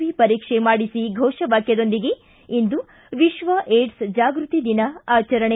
V ಪರೀಕ್ಷೆ ಮಾಡಿಸಿ ಘೋಷ ವಾಕ್ಯದೊಂದಿಗೆ ಇಂದು ವಿಶ್ವ ಏಡ್ಸ್ ಜಾಗೃತಿ ದಿನ ಆಚರಣೆ